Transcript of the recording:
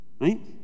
right